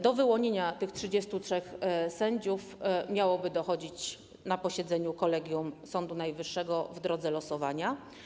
Do wyłonienia tych 33 sędziów miałoby dochodzić na posiedzeniu Kolegium Sądu Najwyższego w drodze losowania.